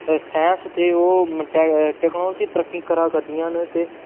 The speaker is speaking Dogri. साइंस ते ओह् टैक टैक्नोलाजी तरक्की करै करदियां न ते